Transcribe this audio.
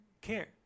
care